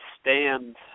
stand